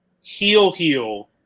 heel-heel